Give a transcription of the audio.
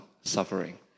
suffering